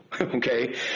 Okay